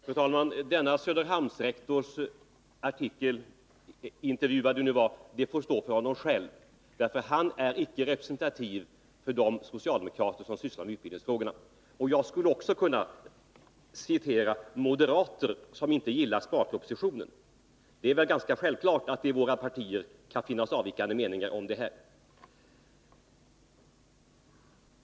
Fru talman! Denne Söderhamnsrektors uttalande får stå för honom själv. Han är nämligen icke representativ för de socialdemokrater som sysslar med utbildningsfrågorna. Jag skulle också kunna citera moderater som inte gillar sparpropositionen. Det är väl ganska självklart att det i våra partier kan finnas avvikande meningar.